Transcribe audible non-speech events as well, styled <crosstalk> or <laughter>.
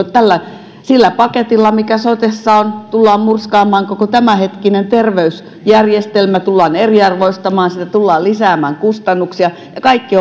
sillä paketilla mikä sotessa on tullaan murskaamaan koko tämänhetkinen terveysjärjestelmä tullaan eriarvoistamaan sitä tullaan lisäämään kustannuksia ja kaikki <unintelligible>